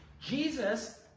Jesus